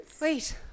Wait